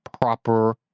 proper